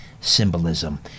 symbolism